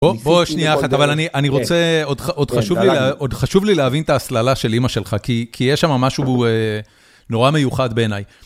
בוא שנייה אחת, אבל אני רוצה, עוד חשוב לי להבין את ההסללה של אמא שלך, כי יש שם משהו שהוא נורא מיוחד בעיניי.